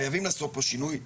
חייבים לעשות פה שינוי רדיקלי.